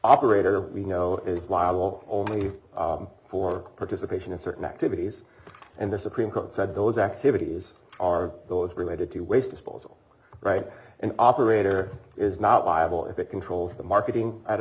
operator we know is liable only for participation in certain activities and the supreme court said those activities are those related to waste disposal right an operator is not liable if it controls the marketing at a